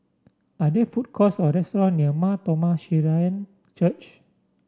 are there food courts or restaurant near Mar Thoma Syrian Church